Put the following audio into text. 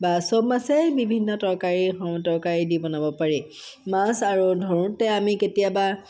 বা চব মাছেই বিভিন্ন তৰকাৰী তৰকাৰী দি বনাব পাৰি মাছ আৰু ধৰোঁতে আমি কেতিয়াবা